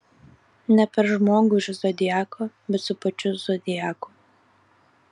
ne per žmogų iš zodiako bet su pačiu zodiaku